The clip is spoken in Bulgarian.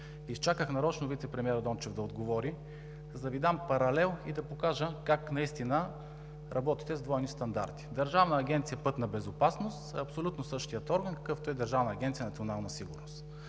Изчаках нарочно вицепремиера Дончев да отговори, за да Ви дам паралел и да покажа как наистина работите с двойни стандарти. Държавна агенция „Безопасност на движението по пътищата“ е абсолютно същият орган, какъвто е Държавна агенция „Национална сигурност“.